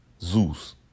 Zeus